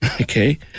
okay